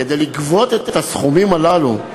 כדי לגבות את הסכומים הללו,